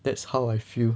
that's how I feel